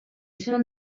són